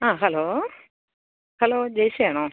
ആ hello hello ജെയ്സിയാണോ